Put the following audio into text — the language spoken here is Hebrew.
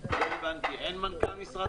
אין מנכ"ל משרד